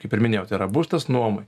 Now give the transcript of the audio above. kaip ir minėjau tai yra būstas nuomai